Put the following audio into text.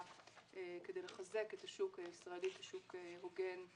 כדי לחזק את השוק הישראלי כשוק הוגן,